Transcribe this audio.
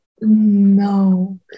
No